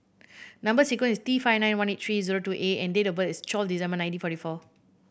number sequence is T five nine one eight three zero two A and date of birth is twelve December nineteen forty four